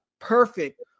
perfect